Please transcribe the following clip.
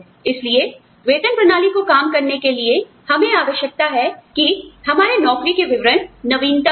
इसलिए वेतन प्रणाली को काम करने के लिए हमें आवश्यकता है कि हमारे नौकरी के विवरण नवीनतम हो